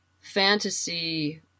fantasy